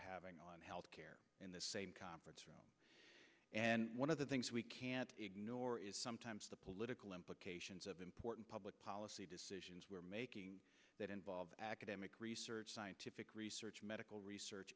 having on health care in the same conference and one of the things we can't ignore is sometimes the political implications of important public policy decisions we're making that involve academic research scientific research medical research